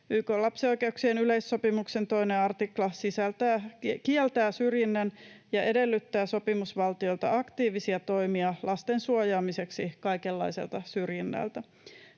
YK:n lapsen oikeuksien yleissopimuksen 2 artikla kieltää syrjinnän ja edellyttää sopimusvaltiolta aktiivisia toimia lasten suojaamiseksi kaikenlaiselta syrjinnältä.